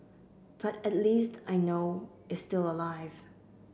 but at least I know is still alive